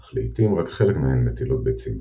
אך לעיתים רק חלק מהן מטילות ביצים בפועל.